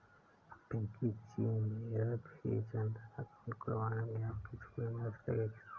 पिंकी जी मेरा भी जनधन अकाउंट खुलवाने में आपकी थोड़ी मदद लगेगी